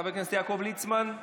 חבר הכנסת יעקב ליצמן,